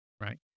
Right